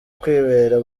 kwibera